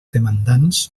demandants